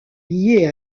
liée